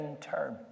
term